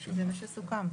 זה מה שסוכם.